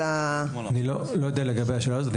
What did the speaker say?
אני לא יודע לגבי השאלה הזאת.